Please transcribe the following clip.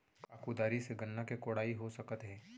का कुदारी से गन्ना के कोड़ाई हो सकत हे?